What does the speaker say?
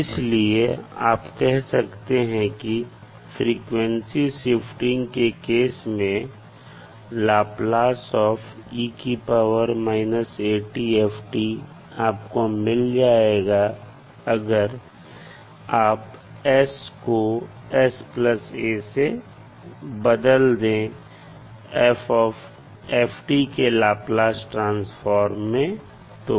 इसलिए आप कह सकते हैं कि फ्रीक्वेंसी शिफ्टिंग के केस में आपको मिल जाएगा अगर आप s को sa से बदल दें f के लाप्लास ट्रांसफॉर्म मैं तो